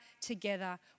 together